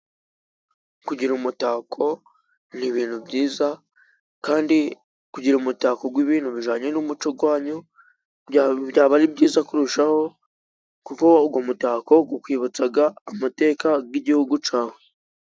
Kugira umutako ni ibintu byiza ,kandi kugira umutako w'ibintu bijyanye n'umuco wanyu byaba ari byiza kurushaho, kuko uwo mutako ukwibutsa amateka y'igihugu cyawe.